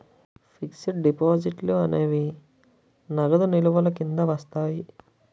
fixed డిపాజిట్లు అనేవి నగదు నిల్వల కింద వస్తాయి